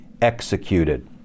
executed